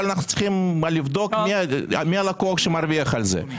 אבל אנחנו צריכים לבדוק מי הלקוח שמרוויח על זה.